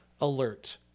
alert